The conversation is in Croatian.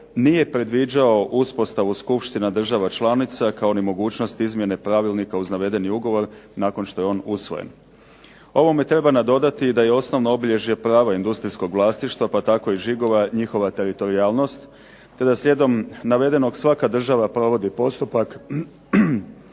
nije predviđao uspostavu Skupština država članica kao ni mogućnost izmjene pravilnika uz navedeni ugovor nakon što je on usvojen. Ovome treba nadodati da je osnovno obilježje prava industrijskog vlasništva pa tako i žigova njihova teritorijalnost te da slijedom navedenog svaka država provodi postupak